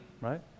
Right